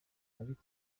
ariko